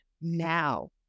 Now